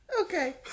Okay